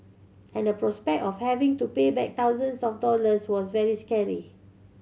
and the prospect of having to pay back thousands of dollars was very scary